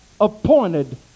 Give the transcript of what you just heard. appointed